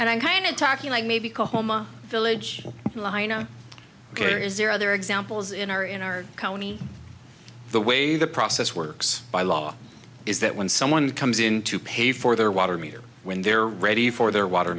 and i'm kind of talking like maybe call home a village ok is there other examples in our in our county the way the process works by law is that when someone comes in to pay for their water meter when they're ready for their water